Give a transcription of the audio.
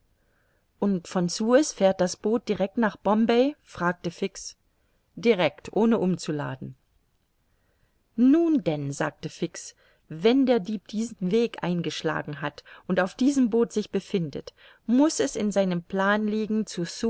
und von suez fährt das boot direct nach bombay fragte fix direct ohne umzuladen nun denn sagte fix wenn der dieb diesen weg eingeschlagen hat und auf diesem boot sich befindet muß es in seinem plan liegen